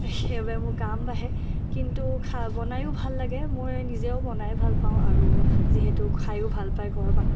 সেইবাবে মোৰ কাম বাঢ়ে কিন্তু খা বনাইয়ো ভাল লাগে মই নিজেও বনাই ভাল পাওঁ আৰু যিহেতু খায়ো ভাল পায় ঘৰৰ মানুহে